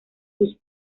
sus